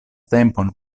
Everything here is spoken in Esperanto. tempon